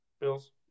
Bills